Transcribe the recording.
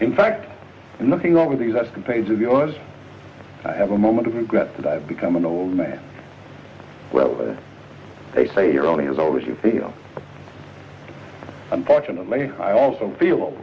in fact looking over these escapades of yours i have a moment of regret that i've become an old man well they say you're only as always you know unfortunately i also feel